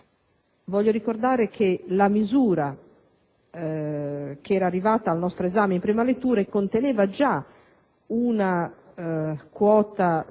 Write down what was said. Voglio ricordare che la misura che è arrivata al nostro esame in prima lettura conteneva già una quota